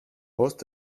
post